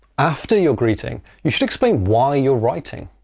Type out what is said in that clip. after your greeting, you should explain why you're writing.